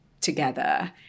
together